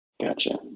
Gotcha